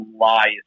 lies